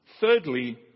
Thirdly